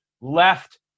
left